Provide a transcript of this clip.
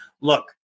look